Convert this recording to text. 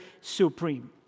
supreme